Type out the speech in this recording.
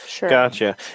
Gotcha